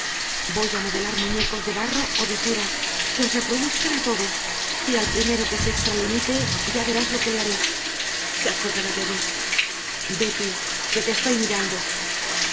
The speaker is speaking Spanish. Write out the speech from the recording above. voy a modelar muñecos de barro o de cera que os reproduzcan a todos y al primero que se extralimite ya verás lo que le haré se acordará de mí vete qué te estoy mirando